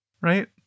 right